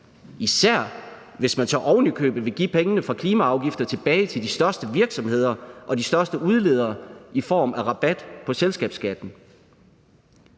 især hvis man så oven i købet vil give pengene fra klimaafgifter tilbage til de største virksomheder og de største udledere i form af rabat på selskabsskatten.